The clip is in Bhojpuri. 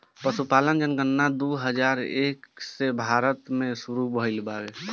पसुपालन जनगणना दू हजार एक से भारत मे सुरु भइल बावे